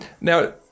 Now